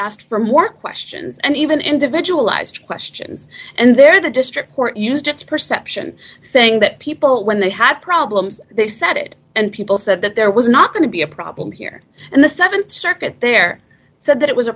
asked for more questions and even individualized questions and there the district court used its perception saying that people when they had problems they said it and people said that there was not going to be a problem here and the th circuit there said that it was a